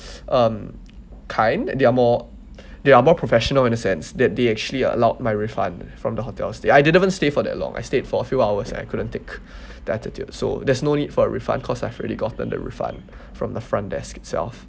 um kind they are more they are more professional in a sense that they actually uh allowed my refund from the hotel stay I didn't even stay for that long I stayed for a few hours I couldn't take the attitude so there's no need for a refund cause I've already gotten the refund from the front desk itself